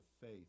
faith